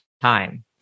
time